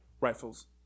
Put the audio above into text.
rifles